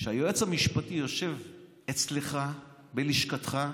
והיועץ המשפטי יושב אצלך, בלשכתך,